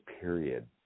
period